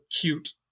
cute